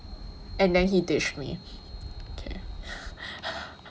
and then he ditched me okay